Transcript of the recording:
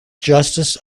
justice